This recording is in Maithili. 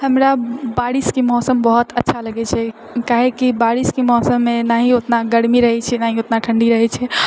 हमरा बारिशके मौसम बहुत अच्छा लगैत छै काहेकी बारिशके मौसममे नाही ओतना गर्मी रहैत छै ना ही ओतना ठण्डी रहैत छै